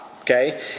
Okay